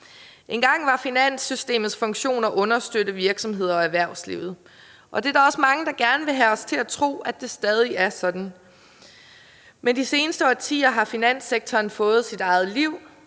Engang var finanssystemets funktion at understøtte virksomheder og erhvervslivet, og der er også mange, der gerne vil have os til at tro, at det stadig er sådan. Men i de seneste årtier har finanssektoren fået sit eget liv